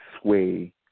sway